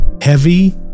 heavy